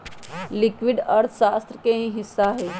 liquidity अर्थशास्त्र के ही हिस्सा हई